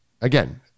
again